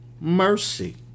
mercy